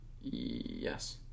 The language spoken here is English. Yes